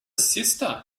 sister